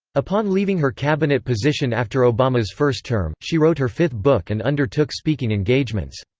upon leaving her cabinet position after obama's first term, she wrote her fifth book and undertook speaking engagements.